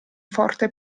forte